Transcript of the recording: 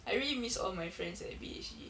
I really miss all my friends at B_H_G